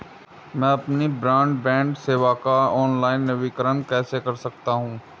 मैं अपनी ब्रॉडबैंड सेवा का ऑनलाइन नवीनीकरण कैसे कर सकता हूं?